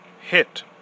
hit